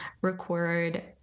record